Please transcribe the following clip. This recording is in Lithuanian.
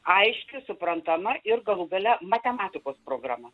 aiški suprantama ir galų gale matematikos programa